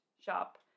shop